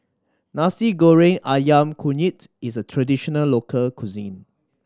Nasi Goreng Ayam Kunyit is a traditional local cuisine